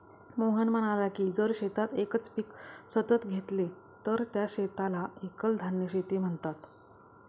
मोहन म्हणाला की जर शेतात एकच पीक सतत घेतले तर त्या शेताला एकल धान्य शेती म्हणतात